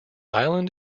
island